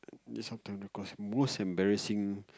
this one most embarrassing